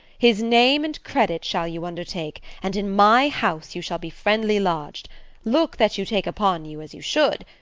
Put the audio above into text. his name and credit shall you undertake, and in my house you shall be friendly lodg'd look that you take upon you as you should!